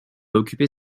occuper